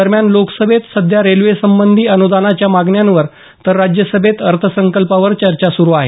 दरम्यान लोकसभेत सध्या रेल्वेसंबंधी अनुदानाच्या मागण्यांवर तर राज्यसभेत अर्थसंकल्पावर चर्चा सुरू आहे